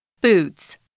boots